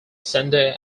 sunday